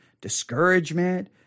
discouragement